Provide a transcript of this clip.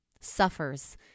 suffers